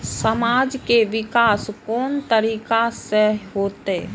समाज के विकास कोन तरीका से होते?